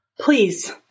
please